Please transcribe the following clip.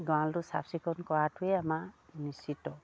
গঁৰালটো চাফ চিকুণ কৰাটোৱে আমাৰ নিশ্চিত